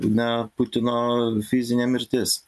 na putino fizinė mirtis